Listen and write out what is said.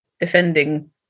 defending